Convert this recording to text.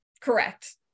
correct